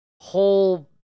whole